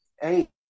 hey